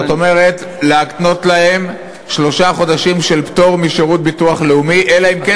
בת שירות לאומי ששירתה שנתיים,